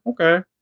Okay